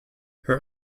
her